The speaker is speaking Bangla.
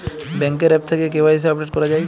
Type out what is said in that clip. ব্যাঙ্কের আ্যপ থেকে কে.ওয়াই.সি আপডেট করা যায় কি?